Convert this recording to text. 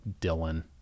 Dylan